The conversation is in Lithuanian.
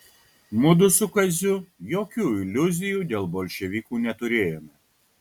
mudu su kaziu jokių iliuzijų dėl bolševikų neturėjome